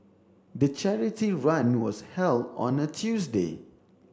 the charity run was held on a Tuesday